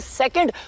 second